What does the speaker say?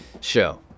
show